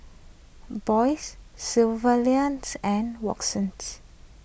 Boyd Sylvanias and Watson